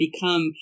become